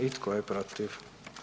I tko je protiv?